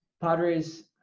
Padres